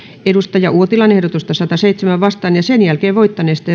ehdotusta sataanseitsemään vastaan ja sen jälkeen voittaneesta